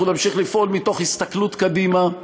אנחנו נמשיך לפעול מתוך הסתכלות קדימה.